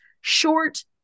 short